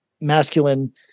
masculine